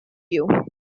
you